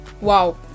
Wow